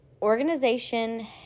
Organization